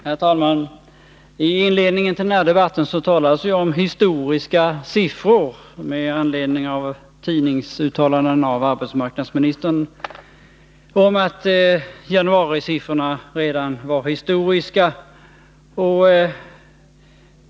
Herr talman! I inledningen till denna debatt talades om historiska siffror med anledning av tidningsuttalanden av arbetsmarknadsministern om att januarisiffrorna redan var historiska.